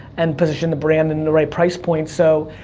and position the brand in the right price point. so,